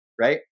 right